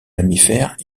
mammifères